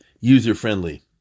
user-friendly